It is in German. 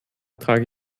trage